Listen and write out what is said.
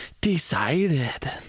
decided